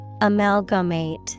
Amalgamate